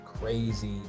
Crazy